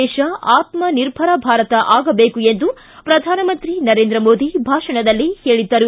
ದೇಶ ಆತ್ಮ ನಿರ್ಭರ ಭಾರತ ಆಗಬೇಕು ಎಂದು ಪ್ರಧಾನಮಂತ್ರಿ ನರೇಂದ್ರ ಮೋದಿ ಭಾಷಣದಲ್ಲಿ ಹೇಳಿದ್ದರು